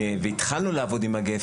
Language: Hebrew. והתחלנו לעבוד איתה,